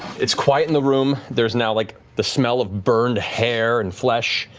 it's quiet in the room, there's now like the smell of burned hair and flesh.